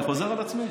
אני חוזר על עצמי,